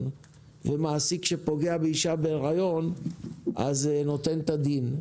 ומעסיק שפוגע באישה בהריון נותן את הדין.